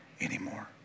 anymore